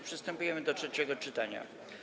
Przystępujemy do trzeciego czytania.